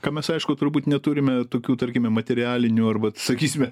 ką mes aišku turbūt neturime tokių tarkime materialinių arba sakysime